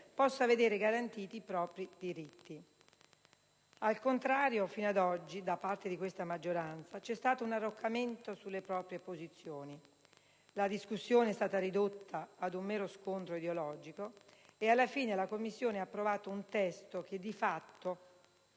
possa vedere garantiti i propri diritti. Al contrario, fino ad oggi, da parte di questa maggioranza c'è stato un arroccamento sulle proprie posizioni e la discussione è stata ridotta ad un mero scontro ideologico; alla fine la Commissione ha approvato un testo che di fatto